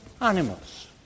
animals